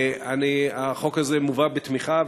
החוק הזה מובא בתמיכה,